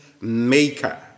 maker